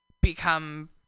become